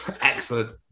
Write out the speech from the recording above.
Excellent